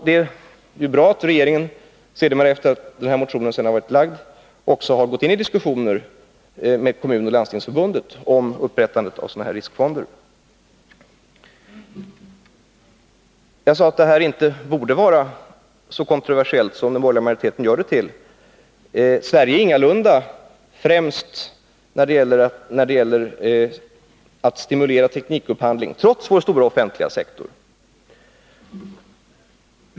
Det är bra att regeringen, sedan den här motionen väcktes, också har gått in i diskussioner med Kommunförbundet och Landstingsförbundet om upprättande av sådana här riskfonder. Jag sade att den här frågan inte borde vara så kontroversiell som den borgerliga majoriteten gör den till. Sverige är ingalunda främst när det gäller att stimulera teknikupphandling trots vår stora offentliga sektor.